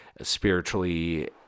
spiritually